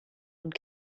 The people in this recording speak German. und